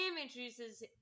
introduces